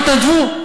תתנדבו.